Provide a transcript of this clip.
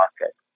market